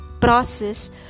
process